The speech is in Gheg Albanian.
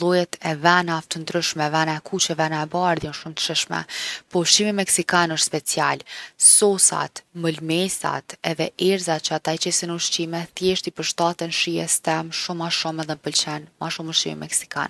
llojet e venave t’ndryshme, vena e kuqe, vena e bardhë jon shumë t’shishme. Po ushqimi meksikan osht special. Sosat, mëlmesat, erëzat që ata i qesin n’ushqime thjesht’ i përshtaten shijes tem shumë ma shumë, edhe m’pëlqen ma shumë ushqimi meksikan.